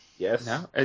Yes